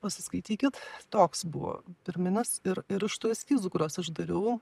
pasiskaitykit toks buvo pirminis ir ir iš tų eskizų kuriuos aš dariau